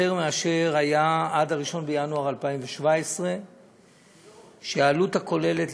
מאשר היה עד 1 בינואר 2017. העלות הכוללת,